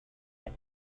and